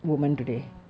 uh